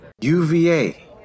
UVA